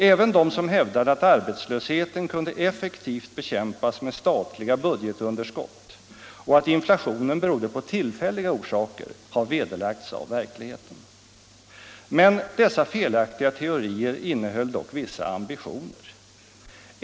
Även de som hävdade att arbetslösheten kunde effektivt bekämpas med statliga budgetunderskott och att inflationen berodde på tillfälliga orsaker har vederlagts av verkligheten. Men dessa felaktiga teorier innehöll dock vissa ambitioner.